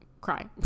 cry